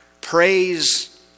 praise